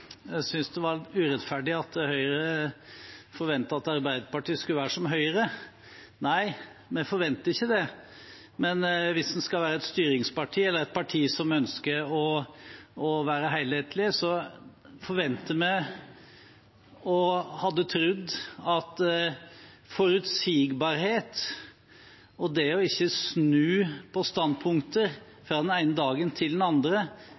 det var litt urettferdig at Høyre forventet at Arbeiderpartiet skulle være som Høyre. Nei, vi forventer ikke det, men hvis en skal være et styringsparti eller et parti som ønsker å være helhetlig, forventer vi – og hadde trodd – at forutsigbarhet, og ikke det å snu i standpunkter fra den ene dagen til den andre,